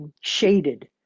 shaded